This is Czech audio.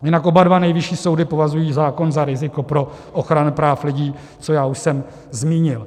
Jinak oba dva nejvyšší soudy považují zákon za riziko pro ochranu práv lidí, což já už jsem zmínil.